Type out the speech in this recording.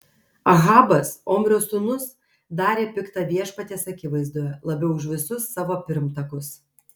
ahabas omrio sūnus darė pikta viešpaties akivaizdoje labiau už visus savo pirmtakus